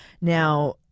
Now